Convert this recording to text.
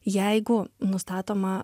jeigu nustatoma